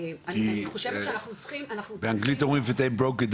אני חושבת שאנחנו צריכים --- כי באנגלית אומרים If they broke it,